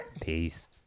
Peace